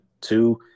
Two